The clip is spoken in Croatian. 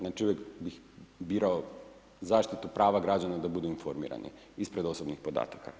Znači uvijek bi birao zaštitu prava građana da budem informiran ispred osobnih podataka.